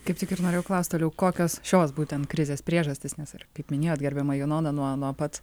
kaip tik ir norėjau klaust toliau kokios šios būtent krizės priežastys nes ir kaip minėjot gerbiama janona nuo nuo pat